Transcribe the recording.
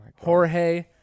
Jorge